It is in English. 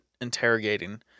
interrogating